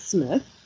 Smith